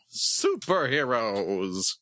Superheroes